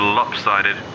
lopsided